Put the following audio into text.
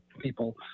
people